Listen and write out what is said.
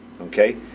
okay